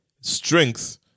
strength